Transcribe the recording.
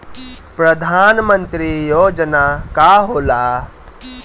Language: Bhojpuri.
परधान मंतरी योजना का होला?